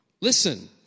Listen